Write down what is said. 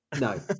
No